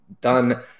done